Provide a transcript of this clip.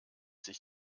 sich